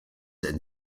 and